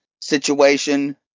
situation